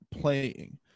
playing